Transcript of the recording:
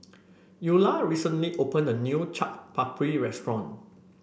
Eula recently opened a new Chaat Papri restaurant